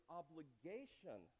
obligation